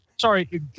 Sorry